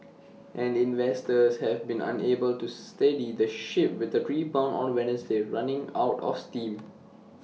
and investors have been unable to steady the ship with A rebound on Wednesday running out of steam